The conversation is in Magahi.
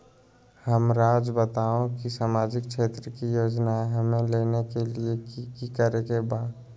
हमराज़ बताओ कि सामाजिक क्षेत्र की योजनाएं हमें लेने के लिए कि कि करे के बा?